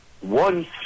One